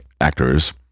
actors